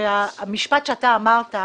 שהמשפט שאמרת,